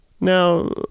Now